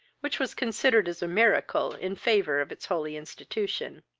which was considered as a miracle in favour of its holy institution.